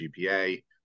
GPA